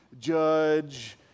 judge